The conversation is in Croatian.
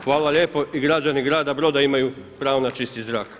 Hvala lijepo i građani grada Broda imaju pravo na čisti zrak.